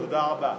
תודה רבה.